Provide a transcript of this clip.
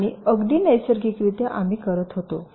आणि अगदी नैसर्गिकरित्या आम्ही करत होतो